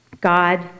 God